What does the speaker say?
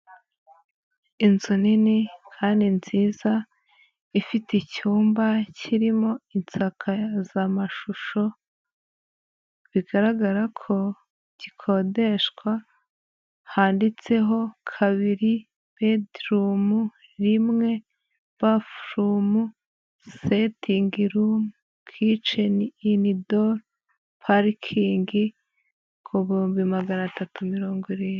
Inzu nini kandi nziza ifite icyumba kirimo insakazamashusho bigaragara ko gikodeshwa, handitseho kabiri bedroom rimwe bafurumu sitingirumu kiceni in door parking, kuhumbi magana atatu mirongo irindwi.